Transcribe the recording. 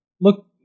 Look